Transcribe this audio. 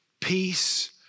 peace